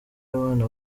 abana